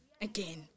Again